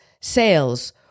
sales